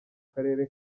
karere